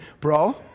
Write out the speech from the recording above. bro